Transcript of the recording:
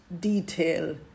detail